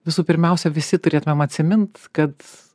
visų pirmiausia visi turėtumėm atsimint kad